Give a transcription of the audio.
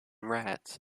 rats